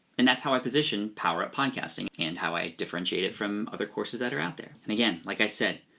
and that's how i position power-up podcasting and how i differentiate it from other courses that are out there. and again, like i said,